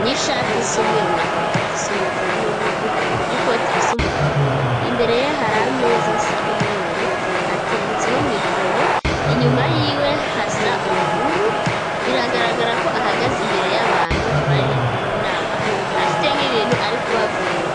n'ishati isa umweru na karuvati isa umukara n'umweru n'ikoti risa umukara, imbere ye hari ameza asa umweru hateretseho mikoro, inyuma y'iwe hasa ubururu, biragaragara ko ahagaze imbere y'abantu bari mu nama afite nk'ibintu ari kubabwira.